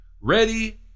ready